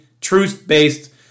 truth-based